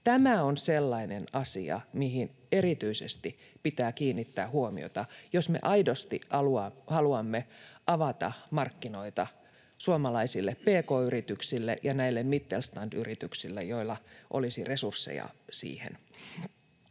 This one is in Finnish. Tämä on sellainen asia, mihin erityisesti pitää kiinnittää huomiota, jos me aidosti haluamme avata markkinoita suomalaisille pk-yrityksille ja näille mittelstand-yrityksille, joilla olisi resursseja siihen.